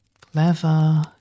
Clever